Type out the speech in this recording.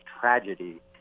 tragedy